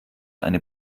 eine